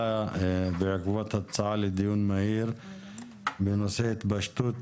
על סדר היום: הצעה לדיון מהיר בנושא: "התפשטות